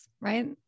right